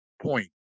point